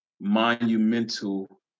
monumental